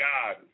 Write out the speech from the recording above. God